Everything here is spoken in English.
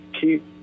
keep